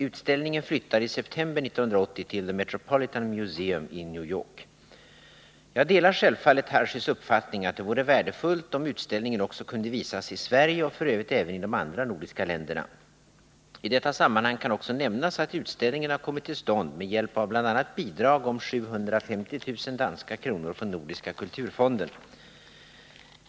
Utställningen flyttar i september 1980 till The Metropolitan Museum i New York. Jag delar självfallet Daniel Tarschys uppfattning att det vore värdefullt om utställningen också kunde visas i Sverige och f. ö. även i de andra nordiska länderna. I detta sammanhang kan också nämnas att utställningen har kommit till stånd med hjälp av bl.a. bidrag om 750 000 danska kronor från nordiska kulturfonden.